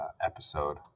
episode